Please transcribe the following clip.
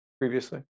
previously